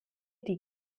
die